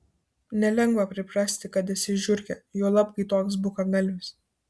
nelengva priprasti kad esi žiurkė juolab kai toks bukagalvis